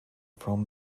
from